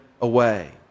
away